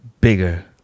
bigger